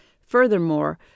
Furthermore